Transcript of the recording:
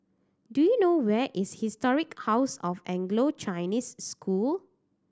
do you know where is Historic House of Anglo Chinese School